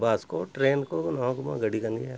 ᱵᱟᱥ ᱠᱚ ᱴᱨᱮᱱ ᱠᱚ ᱱᱚᱣᱟ ᱠᱚᱢᱟ ᱜᱟᱹᱰᱤ ᱠᱟᱱ ᱜᱮᱭᱟ